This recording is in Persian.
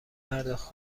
پرداخت